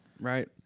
Right